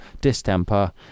distemper